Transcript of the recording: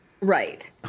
right